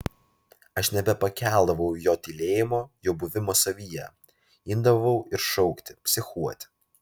aš nebepakeldavau jo tylėjimo jo buvimo savyje imdavau ir šaukti psichuot